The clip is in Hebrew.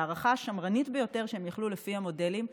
בהערכה השמרנית ביותר שהם יכלו לפי המודלים,